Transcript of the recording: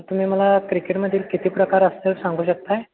तुम्ही मला क्रिकेटमधील किती प्रकार असतात सांगू शकत आहात